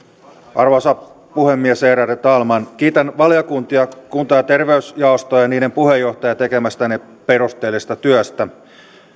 arvoisa puhemies ärade talman kiitän valtiokuntia kunta ja terveysjaostoa ja niiden puheenjohtajia tekemästänne perusteellisesta työstä